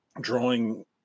drawing